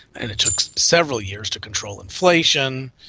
and it took several years to control inflation.